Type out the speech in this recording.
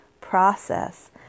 process